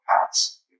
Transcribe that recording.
paths